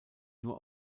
nur